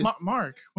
Mark